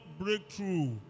breakthrough